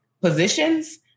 positions